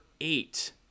eight